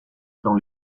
dans